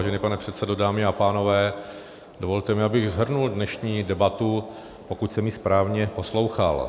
Vážený pane předsedo, dámy a pánové, dovolte mi, abych shrnul dnešní debatu, pokud jsem ji správně poslouchal.